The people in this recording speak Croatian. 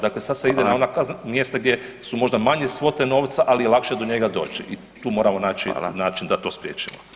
Dakle, sad se ide na ona mjesta gdje su možda manje svote novca ali je lakše do njega doći i tu moramo naći način da to spriječimo.